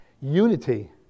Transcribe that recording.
Unity